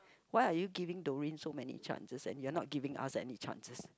why are you giving Doreen so many chances and you're not giving us any chances